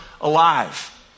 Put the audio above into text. alive